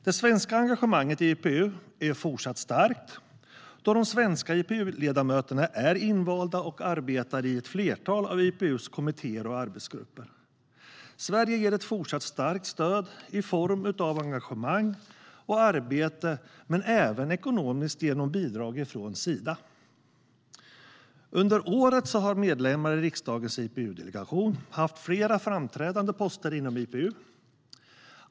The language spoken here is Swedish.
Det svenska engagemanget i IPU är fortsatt starkt då de svenska IPU-ledamöterna är invalda och arbetar i ett flertal av IPU:s kommittéer och arbetsgrupper. Sverige ger ett fortsatt starkt stöd i form av engagemang och arbete men även ekonomiskt genom bidrag från Sida. Under året har medlemmar i riksdagens IPU-delegation haft flera framträdande poster inom IPU.